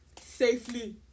Safely